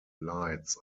lights